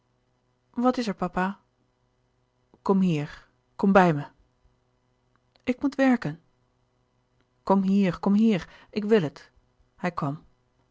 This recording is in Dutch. wat is er papa kom hier kom bij me ik moet werken louis couperus de boeken der kleine zielen kom hier kom hier ik wil het hij kwam